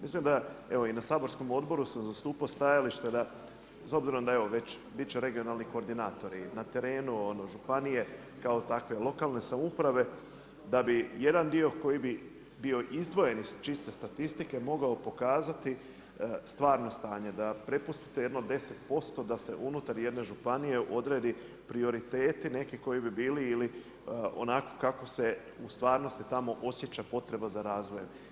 Mislim da, evo i na saborskom odboru sam zastupao stajalište da bez obzira da već biti će regionalni koordinatori na terenu županije kao takve, lokalne samouprave da bi jedan dio koji bi bio izdvojen iz čiste statistike mogao pokazati stvarno stanje da prepustite jedno 10% da se unutar jedne županije odredi prioriteti neki koji bi bili ili onako kako se u stvarnosti tamo osjeća potreba za razvojem.